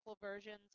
versions